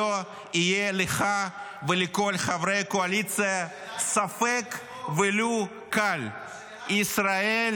שלא יהיה לך ולכל הקואליציה ספק ולו קל -- השאלה אם במסגרת החוק?